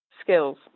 skills